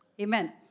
Amen